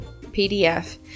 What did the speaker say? PDF